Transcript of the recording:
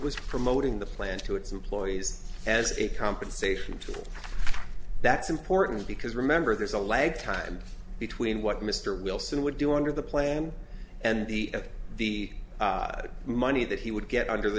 was promoting the plan to its employees as a compensation tool that's important because remember there's a lag time between what mr wilson would do under the plan and the of the money that he would get under the